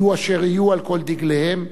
יהיו אשר יהיו, על כל דגליהם.